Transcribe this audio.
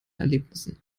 erlebnissen